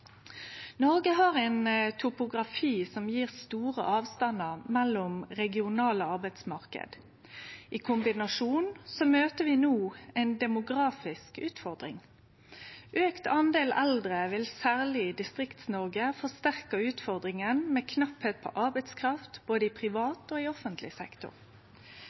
Noreg har ein topografi som gjev store avstandar mellom regionale arbeidsmarknader. I kombinasjon møter vi no ei demografisk utfordring. Auka tal av eldre vil særleg i Distrikts-Noreg forsterke utfordringa med mangel på arbeidskraft både i privat og i offentleg sektor.